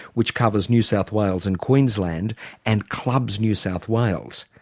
which covers new south wales and queensland and clubs new south wales.